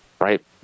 right